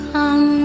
Come